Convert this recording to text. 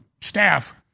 staff